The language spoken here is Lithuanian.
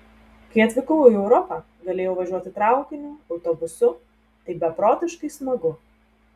kai atvykau į europą galėjau važiuoti traukiniu autobusu tai beprotiškai smagu